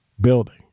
building